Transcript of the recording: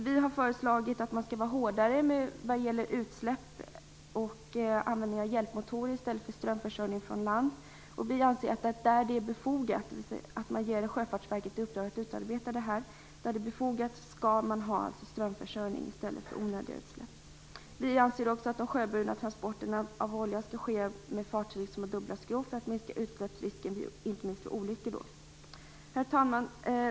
Vi har förslagit att vi skall vara hårdare vad gäller utsläpp och användning av hjälpmotorer i stället för strömförsörjning från land. Sjöfartsverket skall ges uppdraget att utarbeta bestämmelser. Vi anser att man, där det är befogat, skall sköta strömförsörjningen från land i stället för att göra onödiga utsläpp. Vi anser också att de sjöburna transporterna av olja skall ske med fartyg som har dubbla skrov för att minska utsläppsrisken inte minst vid olyckor. Fru talman!